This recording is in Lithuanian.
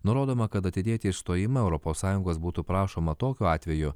nurodoma kad atidėti išstojimą europos sąjungos būtų prašoma tokiu atveju